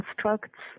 constructs